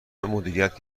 مدیریت